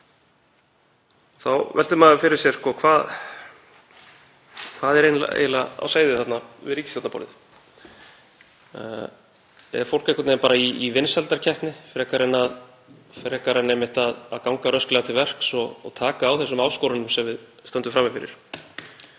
Þá veltir maður fyrir sér: Hvað er eiginlega á seyði þarna við ríkisstjórnarborðið? Er fólk einhvern veginn bara í vinsældakeppni frekar en einmitt að ganga rösklega til verks og taka á þessum áskorunum sem við stöndum frammi fyrir?